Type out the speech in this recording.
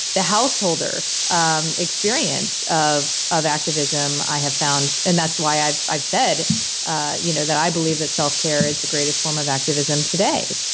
the householder um experience of of activism i have found and that's why i've i've said ah you know that i believe that self-care is the greatest form of activism today.